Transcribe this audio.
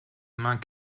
main